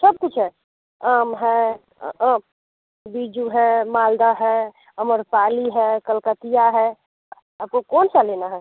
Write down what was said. सब कुछ है आम है बीजू है मालदा है आम्रपाली है कलकतिया है आपको कौन सा लेना है